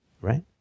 Right